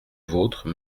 vôtre